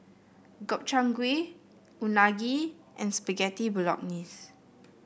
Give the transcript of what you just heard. Gobchang Gui Unagi and Spaghetti Bolognese